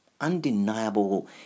undeniable